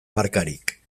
markarik